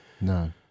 No